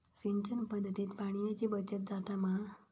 सिंचन पध्दतीत पाणयाची बचत जाता मा?